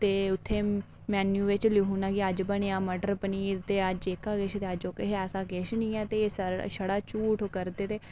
ते उत्थै मेन्यू बिच लिखी ओड़ना कि अज्ज बनेआ मटर पनीर ते अज्ज एह्का किश अज्ज ओह्का किश ते किश निं ऐ छड़ा झूठ करदे ते